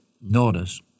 notice